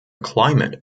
climate